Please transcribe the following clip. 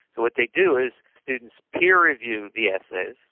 but what they do is students peer review the essays,